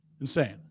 insane